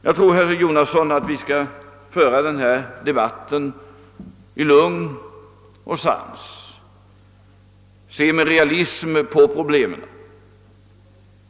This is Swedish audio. Jag tycker, herr Jonasson, att vi skall föra denna debatt på ett lugnt och sansat sätt och se med realism på problemen.